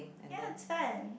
ya it's fun